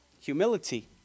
humility